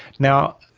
now,